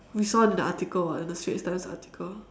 we saw it in the article [what] in the strait's times article